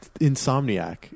Insomniac